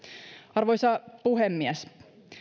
arvoisa puhemies